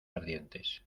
ardientes